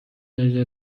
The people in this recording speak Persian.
دقیقه